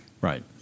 Right